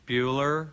Bueller